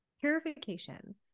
Purification